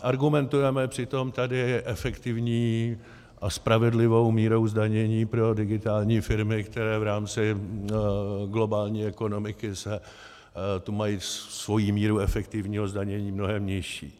Argumentujeme přitom tady efektivní a spravedlivou mírou zdanění pro digitální firmy, které v rámci globální ekonomiky tu mají svoji míru efektivního zdanění mnohem nižší.